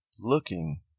Looking